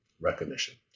recognition